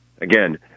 Again